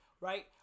right